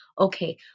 Okay